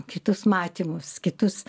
kitus matymus kitus